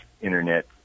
Internet